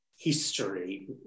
History